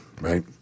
right